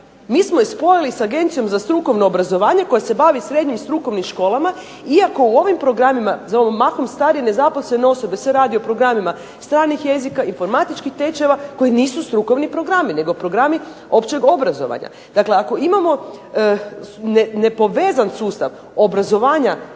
Mi smo je spojili s Agencijom za strukovno obrazovanje koje se bavi srednjim strukovnim školama iako u ovim programima za mahom stare i nezaposlene osobe se radi o programima stranih jezika i informatičkih tečajeva koji nisu strukovni programi nego programi općeg obrazovanja. Dakle, ako imamo nepovezan sustav obrazovanja